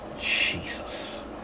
jesus